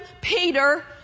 Peter